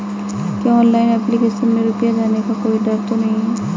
क्या online application में रुपया जाने का कोई डर तो नही है?